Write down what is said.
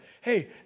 Hey